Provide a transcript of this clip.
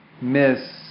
miss